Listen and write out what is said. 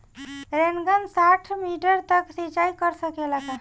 Rain gun साठ metre तक सिचाई कर सकेला का?